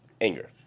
anger